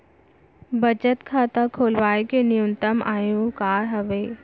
बचत खाता खोलवाय के न्यूनतम आयु का हवे?